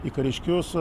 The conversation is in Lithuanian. į kariškius